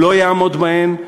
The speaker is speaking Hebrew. אם לא יעמוד בהן,